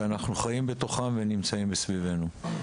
שאנחנו חיים בתוכם ונמצאים מסביבנו.